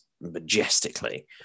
majestically